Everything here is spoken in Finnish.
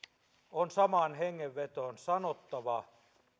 on samaan hengenvetoon sanottava